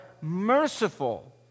merciful